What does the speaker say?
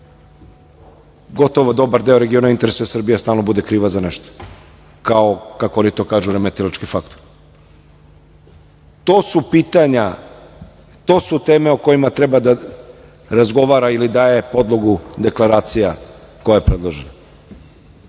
Gotovo dobar deo regiona interesuje da Srbija stalno bude kriva za nešto kao, kako oni to kažu, remetilački faktor. To su teme o kojima treba da se razgovara ili daje podloga deklaracija koja je predložena,